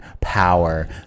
power